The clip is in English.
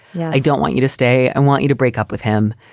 yeah i don't want you to stay. i want you to break up with him.